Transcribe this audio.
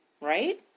right